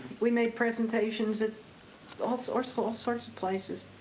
we made presentations at all sorts all sorts of places.